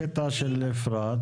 הקטע של אפרת,